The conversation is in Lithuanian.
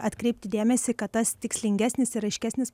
atkreipti dėmesį kad tas tikslingesnis ir aiškesnis